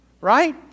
Right